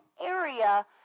area